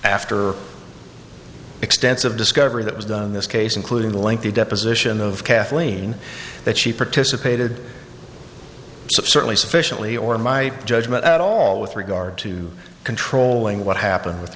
after extensive discovery that was done in this case including the lengthy deposition of kathleen that she participated certainly sufficiently or in my judgment at all with regard to control in what happened with